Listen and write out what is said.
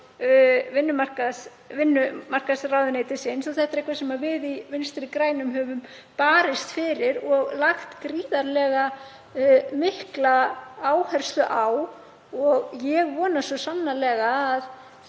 vinnumarkaðsráðuneytisins. Það er eitthvað sem við í Vinstri grænum höfum barist fyrir og lagt gríðarlega mikla áherslu á og ég vona svo sannarlega að